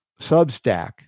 substack